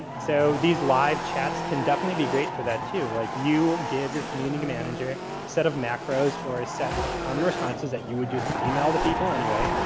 so, these live chats can definitely be great for that, too. like, you give your community manager set of macros or a set of common responses that you would just email the people anyway.